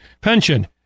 pension